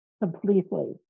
completely